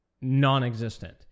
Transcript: non-existent